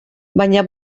baina